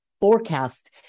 forecast